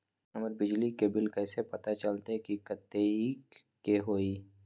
हमर बिजली के बिल कैसे पता चलतै की कतेइक के होई?